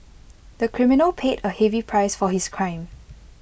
the criminal paid A heavy price for his crime